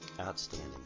Outstanding